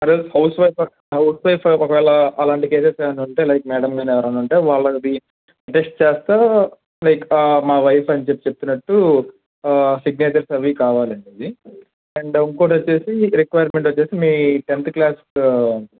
are else house wife house wife ఒకవేళ అలాంటి cases ఏమన్న ఉంటే లైక్ మేడమ్ కానీ ఎవరన్న ఉంటే వాళ్ళకి బీ ఇన్వెస్ట్ చేస్తు లైక్ మా వైఫ్ అని చెప్పి చెప్పినట్టు సిగ్నేచర్ అవి కావాలండి అది అండ్ ఇంకోటి వచ్చి రిక్వైర్మెంట్ వచ్చి మీ టెన్త్ క్లాసు